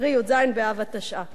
קרי י"ז באב התשע"א.